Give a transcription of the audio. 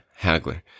Hagler